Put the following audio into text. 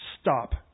stop